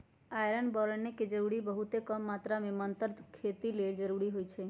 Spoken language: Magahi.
आयरन बैरौन के जरूरी बहुत कम मात्र में मतर खेती लेल जरूरी होइ छइ